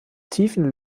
tiefen